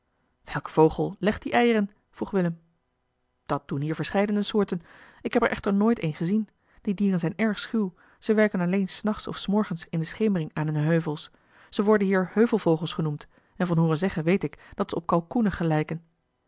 welke vogel legt die eieren vroeg willem dat doen hier verscheidene soorten ik heb er echter nooit een gezien die dieren zijn erg schuw ze werken alleen s nachts of s morgens in de schemering aan hunne heuvels ze worden hier heuvelvogels genoemd en van hooren zeggen weet ik dat ze op kalkoenen gelijken